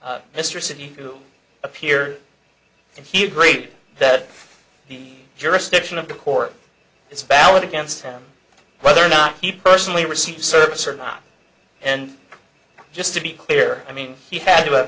mr city to appear and he agreed that the jurisdiction of the court is valid against him whether or not he personally received service or not and just to be clear i mean he had to have